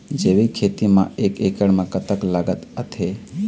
जैविक खेती म एक एकड़ म कतक लागत आथे?